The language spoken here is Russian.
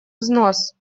взнос